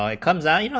um it comes ah you know